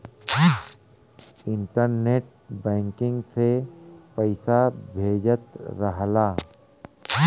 internet banking से पइसा भेजत रहला